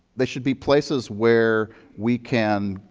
they should be places where we can,